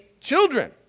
children